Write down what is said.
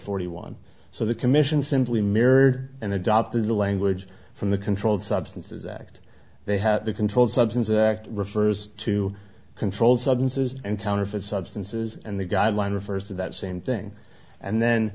forty one so the commission simply mirrored and adopted the language from the controlled substances act they have the controlled substances act refers to controlled substances and counterfeit substances and the guideline refers to that same thing and then